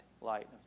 light